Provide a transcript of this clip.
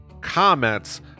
comments